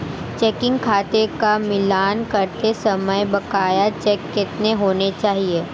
Checking खाते का मिलान करते समय बकाया चेक कितने होने चाहिए?